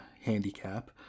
handicap